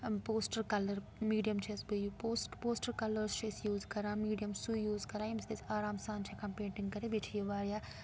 poster colour medium چھَس بہٕ یہِ پوس پوسٹَر کَلٲرٕس چھِ أسۍ یوٗز کَران میٖڈیَم سُے یوٗز کَران ییٚمہِ سۭتۍ أسۍ آرام سان چھِ ہٮ۪کان پیٹِنٛگ کٔرِتھ بیٚیہِ چھِ یہِ واریاہ